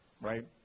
Right